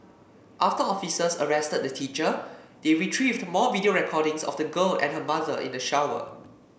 after officers arrested the teacher they retrieved more video recordings of the girl and her mother in the shower